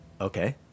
Okay